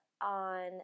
on